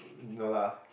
no lah